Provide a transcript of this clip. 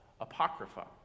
Apocrypha